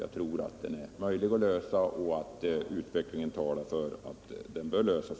Jag tror att det är möjligt att lösa problemet och att utvecklingen talar för att det bör lösas.